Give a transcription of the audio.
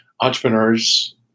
entrepreneurs